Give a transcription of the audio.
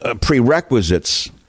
prerequisites